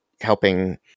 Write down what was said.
helping